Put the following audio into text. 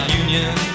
union